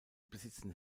besitzen